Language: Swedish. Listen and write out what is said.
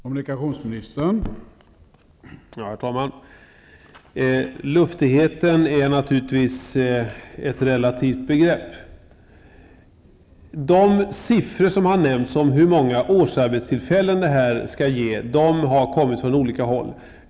Herr talman! Luftighet är naturligtvis ett relativt begrepp. De siffror som har uppgivits angående hur många årsarbetstillfällen som skall skapas har kommit från olika håll.